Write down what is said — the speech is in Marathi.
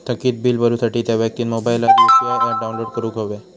थकीत बील भरुसाठी त्या व्यक्तिन मोबाईलात यु.पी.आय ऍप डाउनलोड करूक हव्या